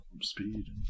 speed